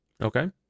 Okay